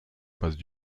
passe